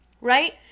right